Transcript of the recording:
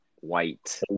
white